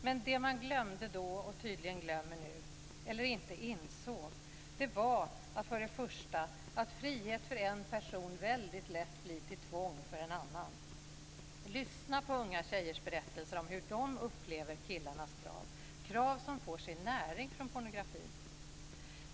Men det man glömde då och tydligen glömmer nu, eller inte insåg, var att frihet för en person väldigt lätt blir till tvång för en annan. Lyssna på unga tjejers berättelser om hur de upplever killarnas krav, krav som får sin näring från pornografin!